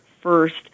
first